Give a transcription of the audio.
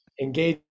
engage